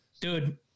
dude